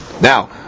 now